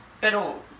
pero